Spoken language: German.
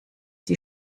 die